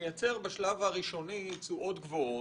- שמייצרים בשלב הראשוני תשואות גבוהות.